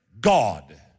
God